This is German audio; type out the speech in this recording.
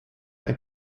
ein